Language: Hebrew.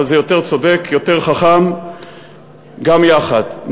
אבל זה יותר צודק ויותר חכם גם יחד.